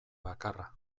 bakarra